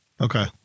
Okay